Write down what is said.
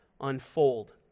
unfold